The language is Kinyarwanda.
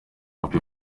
happy